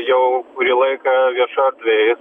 jau kurį laiką viešoj erdvėj